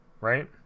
right